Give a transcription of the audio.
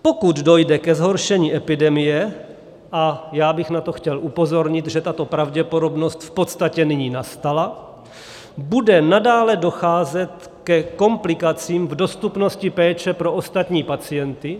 Pokud dojde ke zhoršení epidemie a já bych chtěl upozornit na to, že tato pravděpodobnost v podstatě nyní nastala bude nadále docházet ke komplikacím v dostupnosti péče pro ostatní pacienty.